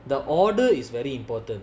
the order is very important